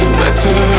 better